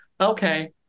okay